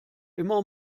immer